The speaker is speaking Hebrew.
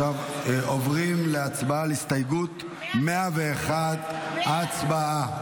כעת עוברים להצבעה על הסתייגות 101. הצבעה.